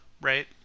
right